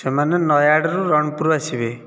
ସେମାନେ ନୟାଗଡ଼ରୁ ରଣପୁର ଆସିବେ